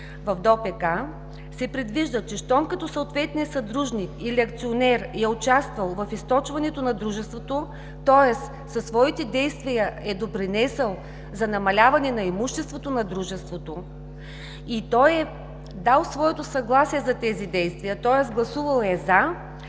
в ДОПК се предвижда, че щом като съответният съдружник или акционер е участвал в източването на дружеството, тоест със своите действия е допринесъл за намаляване на имуществото на дружеството и е дал своето съгласие за тези действия, тоест гласувал е